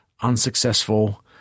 unsuccessful